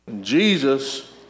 Jesus